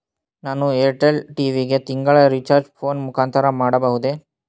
ನಾನು Airtel TV ಗೆ ತಿಂಗಳ ರಿಚಾರ್ಜ್ ಫೋನ್ ಮುಖಾಂತರ ಮಾಡಬಹುದೇ?